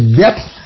depth